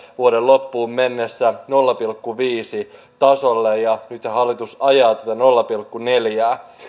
vuoden kaksituhattaneljätoista loppuun mennessä nolla pilkku viisi tasolle ja nythän hallitus ajaa tätä nolla pilkku neljää